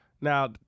Now